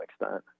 extent